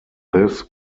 this